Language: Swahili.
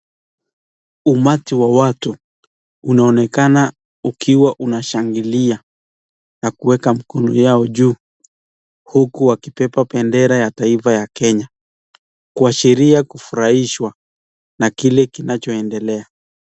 Umati wa watu umeonekana ukishangilia, huku wakiweka mikono yao juu na kubeba bendera ya taifa ya Kenya, kuashiria kufurahishwa na kile kinaendelea